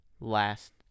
last